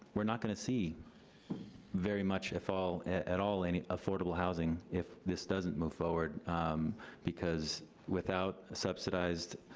we're not gonna see very much if all, at all any affordable housing if this doesn't move forward because without subsidized